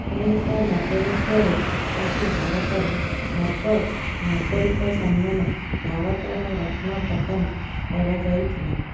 ଊଣାଇଶଶହ ନବେ ମସିହାରେ ତାଙ୍କୁ ଭାରତର ସର୍ବୋଚ୍ଚ ନାଗରିକ ସମ୍ମାନ ଭାରତ ରତ୍ନ ପ୍ରଦାନ କରାଯାଇଥିଲା